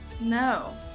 No